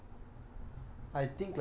okay